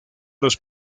los